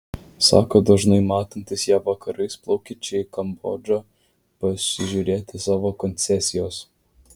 sako dažnai matantis ją vakarais plaukiančią į kambodžą pasižiūrėti savo koncesijos